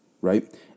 Right